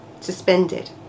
Suspended